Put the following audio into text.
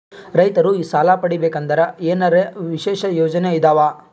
ರೈತರು ಸಾಲ ಪಡಿಬೇಕಂದರ ಏನರ ವಿಶೇಷ ಯೋಜನೆ ಇದಾವ?